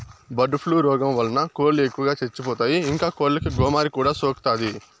bird flu రోగం వలన కోళ్ళు ఎక్కువగా చచ్చిపోతాయి, ఇంకా కోళ్ళకు గోమారి కూడా సోకుతాది